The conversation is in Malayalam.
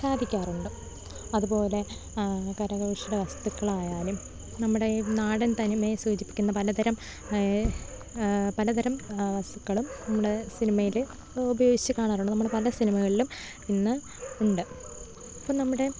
സാധിക്കാറുണ്ട് അത്പോലെ കരകൗശല വസ്തുക്കളായാലും നമ്മുടെ നാടൻ തനിമയെ സൂചിപ്പിക്കുന്ന പലതരം പലതരം വസ്തുക്കളും നമ്മുടെ സിനിമയില് ഉപയോഗിച്ച് കാണാറുണ്ട് നമ്മള് പല സിനിമകളിലും ഇന്ന് ഉണ്ട് അപ്പം നമ്മുടെ